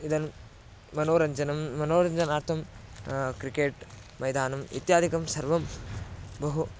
इदनीं मनोरञ्जनं मनोरञ्जनार्थं क्रिकेट् मैदानम् इत्यादिकं सर्वं बहु